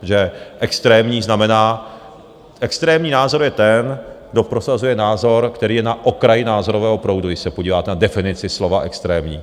Že extrémní znamená, extrémní názor je ten, kdo prosazuje názor, který je na okraji názorového proudu, když se podíváte na definici slova extrémní.